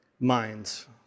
minds